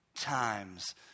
times